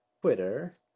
twitter